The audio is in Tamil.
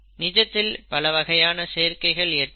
நிஜத்தில் பல வகையான சேர்க்கைகள் ஏற்படும்